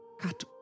cut